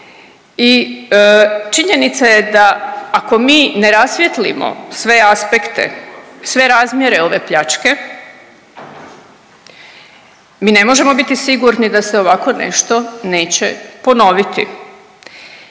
i činjenica je da ako mi ne rasvijetlimo sve aspekte, sve razmjere ove pljačke mi ne možemo biti sigurni da se ovako nešto neće ponoviti.